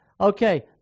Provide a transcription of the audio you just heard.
Okay